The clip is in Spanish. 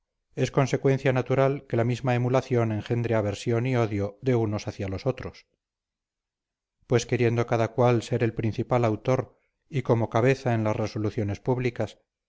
es consecuencia natural que la misma emulación engendre aversión y odio de unos hacia los otros pues queriendo cada cual ser el principal autor y como cabeza en las resoluciones públicas